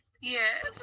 Yes